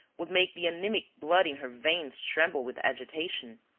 would make the anemic blood in her veins tremble with agitation.